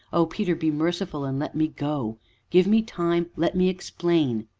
oh, peter! be merciful and let me go give me time let me explain.